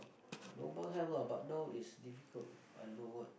lobang have lah but now is difficult